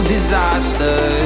Disaster